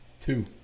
two